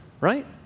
right